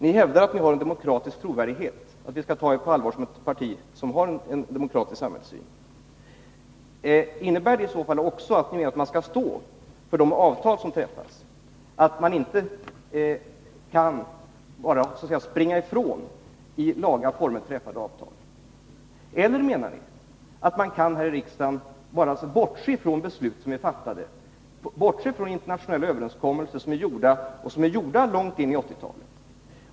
Ni hävdar att ni har en demokratisk trovärdighet och att vi på allvar skall uppfatta vpk som ett parti med demokratisk samhällssyn. Innebär det i så fall också att ni menar att man skall stå för de avtal som träffas, att man inte kan bara så att säga springa ifrån i laga former träffade avtal? Eller menar ni att vi här i riksdagen kan bortse från fattade beslut, från träffade internationella överenskommelser som gäller långt in i 1980-talet?